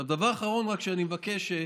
הדבר האחרון רק שאני מבקש,